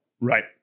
right